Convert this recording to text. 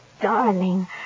darling